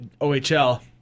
OHL